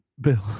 Bill